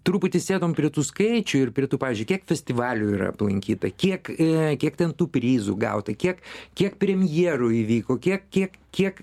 truputį sėdom prie tų skaičių ir prie tų pavyzdžiui kiek festivalių yra aplankyta kiek e kiek ten tų prizų gauta kiek kiek premjerų įvyko kiek kiek kiek